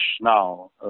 now